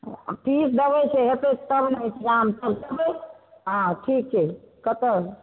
fees देबै से हेतै तहन ने ठीक छै कतऽ